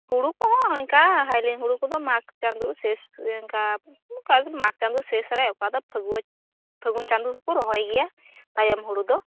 ᱦᱳᱲᱳ ᱠᱚᱦᱚᱸ ᱤᱱᱠᱟ ᱦᱟᱭᱞᱤᱝ ᱦᱳᱲᱳ ᱠᱚᱫᱚ ᱢᱟᱜᱽ ᱪᱟᱸᱫᱳ ᱥᱮᱥ ᱤᱱᱠᱟ ᱯᱷᱟᱜᱩᱱ ᱢᱟᱜᱽ ᱪᱟᱸᱫᱳ ᱥᱮᱥ ᱨᱮ ᱚᱠᱟ ᱫᱚ ᱯᱷᱟᱹᱜᱩᱣᱟ ᱯᱷᱟᱹᱜᱩᱱ ᱪᱟᱸ ᱫᱚ ᱦᱚᱠᱚ ᱨᱚᱦᱚᱭ ᱜᱮᱭᱟ ᱛᱟᱭᱚᱢ ᱦᱳᱲᱳ ᱫᱚ